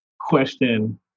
question